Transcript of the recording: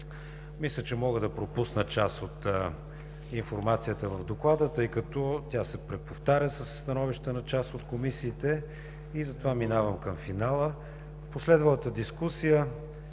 Мисля, че мога да пропусна част от информацията в доклада, тъй като тя се преповтаря със становищата на част от комисиите. Затова минавам към финала. „В последвалата дискусия